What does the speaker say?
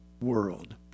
world